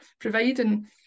providing